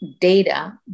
data